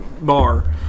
bar